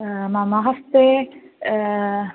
मम हस्ते